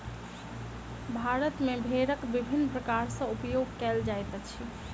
भारत मे भेड़क विभिन्न प्रकार सॅ उपयोग कयल जाइत अछि